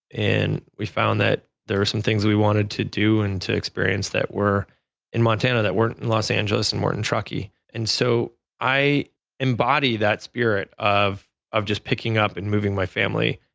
we found that there are some things we wanted to do and to experience that were in montana that weren't in los angeles, and weren't in truckee. and so i embody that spirit of of just picking up and moving my family.